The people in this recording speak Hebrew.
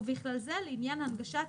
ובכלל לזה לעניין הנגשת